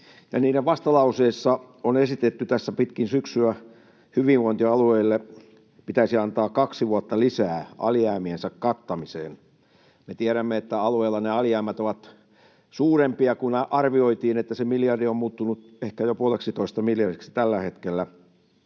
niiden vastalauseissa on esitetty tässä pitkin syksyä, että hyvinvointialueille pitäisi antaa kaksi vuotta lisää alijäämiensä kattamiseen. Me tiedämme, että alueilla nämä alijäämät ovat suurempia kuin arvioitiin, että se miljardi on muuttunut ehkä jo puoleksitoista miljardiksi tällä hetkellä,